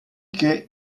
che